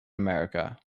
america